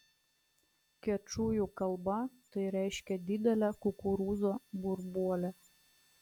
kečujų kalba tai reiškia didelę kukurūzo burbuolę